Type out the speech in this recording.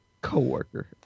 Coworker